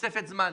תוספת זמן,